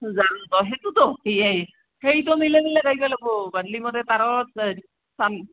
জানব সেইটোতো হয়েই সেইটো মিলাই মিলাই যাইবা লাগিব বাদুলি মৰে তাঁৰত এই চাম